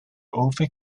over